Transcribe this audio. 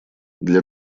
для